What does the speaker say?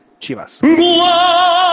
Chivas